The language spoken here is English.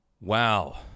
wow